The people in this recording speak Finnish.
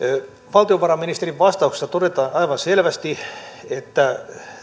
valtiovarainministerin vastauksessa todetaan aivan selvästi että